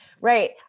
right